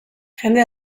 jende